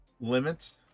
limits